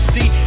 See